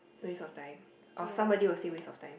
waste of time or somebody will say waste of time